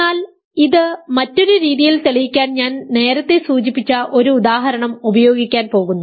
എന്നാൽ ഇത് മറ്റൊരു രീതിയിൽ തെളിയിക്കാൻ ഞാൻ നേരത്തെ സൂചിപ്പിച്ച ഒരു ഉദാഹരണം ഉപയോഗിക്കാൻ പോകുന്നു